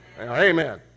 Amen